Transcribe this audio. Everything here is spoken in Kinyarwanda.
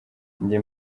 njye